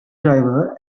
driver